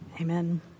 Amen